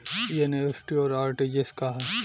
ई एन.ई.एफ.टी और आर.टी.जी.एस का ह?